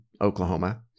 Oklahoma